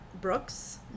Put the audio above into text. Brooks